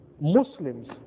Muslims